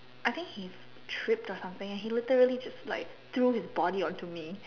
I think he tripped or something and he literally just like threw his body onto me